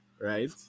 right